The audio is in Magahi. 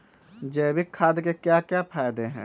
जैविक खाद के क्या क्या फायदे हैं?